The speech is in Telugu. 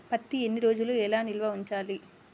పత్తి ఎన్ని రోజులు ఎలా నిల్వ ఉంచాలి?